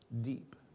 deep